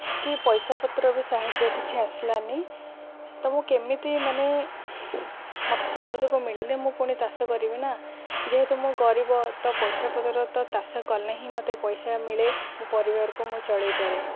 କି ପଇସା ପତ୍ର ବି ସାହାଯ୍ୟ କିଛି ଆସିଲାନି ତ ମୁଁ କେମିତି ମାନେ ମତେ ସହଯୋଗ ମିଳିଲେ ମୁଁ ପୁଣି ତାଷ କରିବି ନା ଯେହେତୁ ମୁଁ ଗରିବ ତ ପଇସା ପତ୍ର ତ ତାଷ କଲେ ହିଁ ମତେ ପଇସା ମିଳେ ମୋ ପରିବାରକୁ ମୁଁ ଚଳେଇପାରେ